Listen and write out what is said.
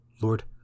Lord